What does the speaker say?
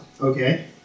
okay